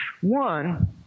One